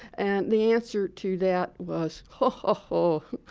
and the answer to that was, ho, ho, ah ho,